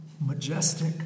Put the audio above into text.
Majestic